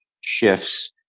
shifts